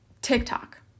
TikTok